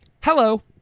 Hello